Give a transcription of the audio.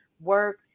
work